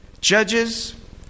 judges